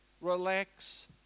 relax